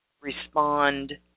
respond